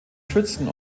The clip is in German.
schützen